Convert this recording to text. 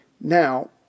now